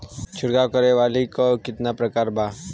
छिड़काव करे वाली क कितना प्रकार बा?